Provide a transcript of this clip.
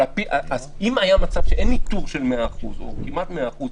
אם היה מצב שאין ניטור של 100% או כמעט 100%,